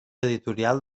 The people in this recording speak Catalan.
editorial